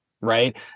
right